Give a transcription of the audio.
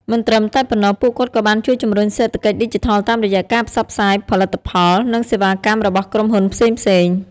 មិនត្រឹមតែប៉ុណ្ណោះ ពួកគាត់ក៏បានជួយជំរុញសេដ្ឋកិច្ចឌីជីថលតាមរយៈការផ្សព្វផ្សាយផលិតផល និងសេវាកម្មរបស់ក្រុមហ៊ុនផ្សេងៗ។